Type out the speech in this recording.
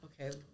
okay